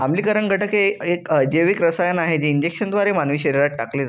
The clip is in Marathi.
आम्लीकरण घटक हे एक अजैविक रसायन आहे जे इंजेक्शनद्वारे मानवी शरीरात टाकले जाते